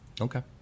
Okay